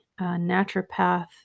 naturopath